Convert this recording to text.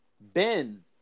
Ben